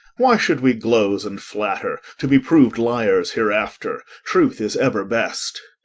why should we gloze and flatter, to be proved liars hereafter? truth is ever best.